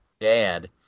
Dad